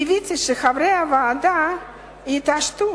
קיוויתי שחברי הוועדה יתעשתו,